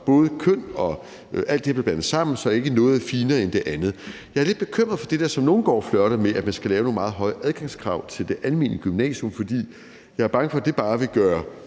både køn osv. bliver blandet sammen, så der ikke er noget, der er finere end andet. Jeg er lidt bekymret for det, som nogle går og flirter med, nemlig at man skal lave nogle meget høje adgangskrav til det almene gymnasie, for jeg er bange for, at det bare vil gøre